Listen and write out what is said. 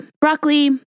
broccoli